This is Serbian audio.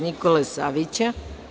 Nikole Savića.